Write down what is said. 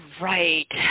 right